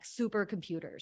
supercomputers